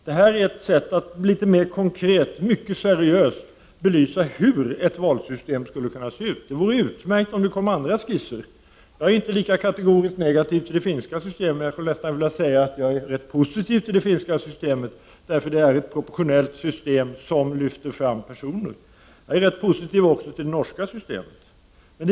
Detta är ett sätt att litet mer konkret och mycket seriöst belysa hur ett valsystem skulle kunna se ut — det vore utmärkt om det kom andra skisser. Jag är inte lika kategoriskt negativ till det finska systemet — jag skulle nästan vilja säga att jag är rätt positiv till det. Det är nämligen ett proportionellt system som lyfter fram personer. Jag är också rätt positiv till det norska systemet.